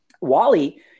wally